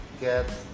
get